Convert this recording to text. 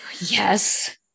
Yes